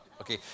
Okay